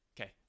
Okay